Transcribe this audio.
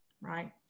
right